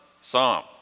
psalm